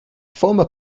former